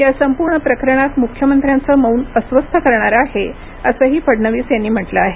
या संपूर्ण प्रकरणात मुख्यमंत्र्यांचं मौन अस्वस्थ करणारं आहे असंही फडणवीस यांनी म्हटलं आहे